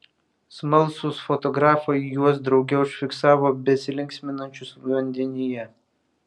smalsūs fotografai juos drauge užfiksavo besilinksminančius vandenyje